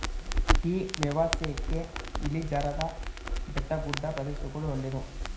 tea ವ್ಯವಸಾಯಕ್ಕೆ ಇಳಿಜಾರಾದ ಬೆಟ್ಟಗುಡ್ಡ ಪ್ರದೇಶಗಳು ಒಳ್ಳೆದು